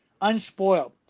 Unspoiled